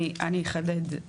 אני אחדד.